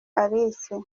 alice